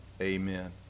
Amen